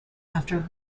after